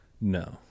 no